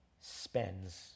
spends